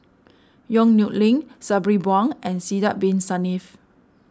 Yong Nyuk Lin Sabri Buang and Sidek Bin Saniff